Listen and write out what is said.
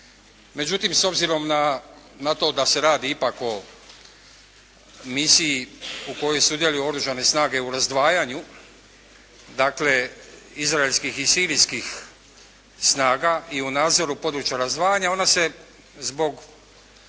međutim s obzirom na to da se radi ipak o misiji u kojoj sudjeluje oružane snage u razdvajanju, dakle izraelskih i sirijskih snaga i u nadzoru područja razdvajanja ona se zbog